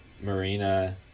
Marina